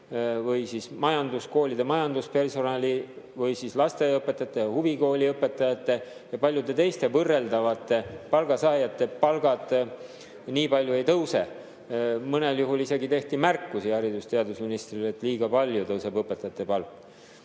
või siis koolide majanduspersonali või lasteaiaõpetajate ja huvikooliõpetajate ja paljude teiste võrreldavate palgasaajate palgad nii palju ei tõuse. Mõnel juhul isegi tehti märkusi haridus‑ ja teadusministrile, et liiga palju tõuseb õpetajate palk.